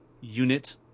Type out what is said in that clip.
unit